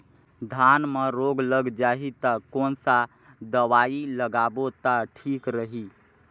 धान म रोग लग जाही ता कोन सा दवाई लगाबो ता ठीक रही?